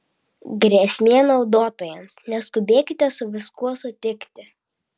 grėsmė naudotojams neskubėkite su viskuo sutikti